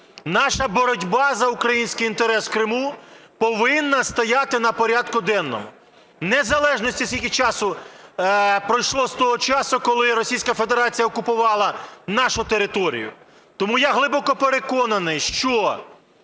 Наша боротьба за український інтерес в Криму повинна стояти на порядку денному, в незалежності скільки часу пройшло з того часу, коли Російська Федерація окупувала нашу територію. Тому я глибоко переконаний, що